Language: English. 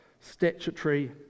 statutory